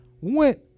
Went